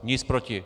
Nic proti.